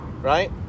right